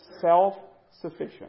self-sufficient